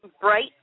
bright